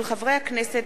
של חברת הכנסת